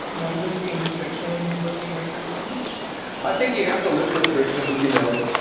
you know, lifting restrictions, lifting restrictions i think you have to lift restrictions, you know.